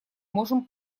можем